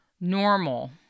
normal